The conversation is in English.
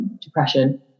depression